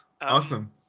Awesome